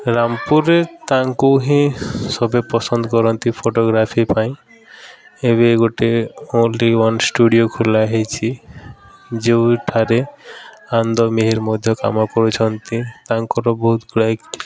ରାମ୍ପୁର୍ରେ ତାଙ୍କୁ ହିଁ ସବେ ପସନ୍ଦ୍ କରନ୍ତି ଫଟୋ ପାଇଁ ଏବେ ଗୋଟେ ଓନ୍ଲି ୱାନ୍ ଷ୍ଟୁଡ଼ିଓ ଖୋଲା ହୋଇଛି ଯେଉଁଠାରେ ଆନନ୍ଦ ମେହେର୍ ମଧ୍ୟ କାମ କରୁଛନ୍ତି ତାଙ୍କର ବହୁତ ଗୁଡ଼ାଏ